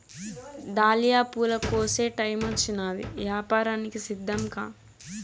dahlia పూల కోసే టైమొచ్చినాది, యాపారానికి సిద్ధంకా